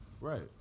right